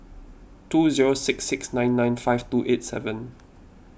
two zero six six nine nine five two eight seven